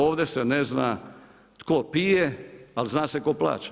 Ovdje se ne zna tko pije, ali zna se tko plaća.